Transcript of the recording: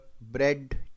bread